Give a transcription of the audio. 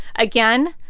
again,